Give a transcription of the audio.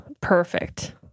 Perfect